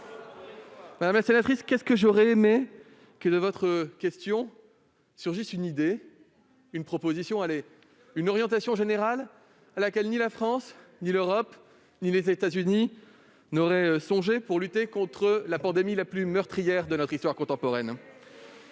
Madame la sénatrice, comme j'aurais aimé que surgissent de votre question une idée, une proposition ou même une orientation générale à laquelle ni la France, ni l'Europe, ni les États-Unis n'auraient songé pour lutter contre la pandémie la plus meurtrière de notre histoire contemporaine !